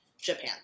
Japan